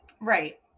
Right